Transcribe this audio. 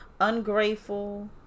ungrateful